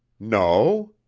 no?